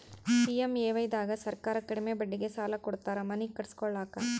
PMAY ದಾಗ ಸರ್ಕಾರ ಕಡಿಮಿ ಬಡ್ಡಿಗೆ ಸಾಲ ಕೊಡ್ತಾರ ಮನಿ ಕಟ್ಸ್ಕೊಲಾಕ